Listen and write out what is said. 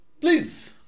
Please